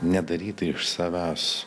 nedaryti iš savęs